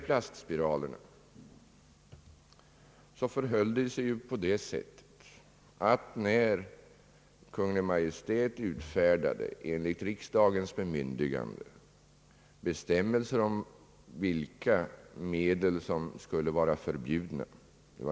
Plastspiralerna fanns inte när Kungl. Maj:t, enligt riksdagens bemyndigande, år 1938 utfärdade bestämmelser om vilka medel som skulle vara förbjudna.